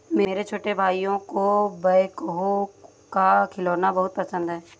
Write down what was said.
मेरे छोटे भाइयों को बैकहो का खिलौना बहुत पसंद है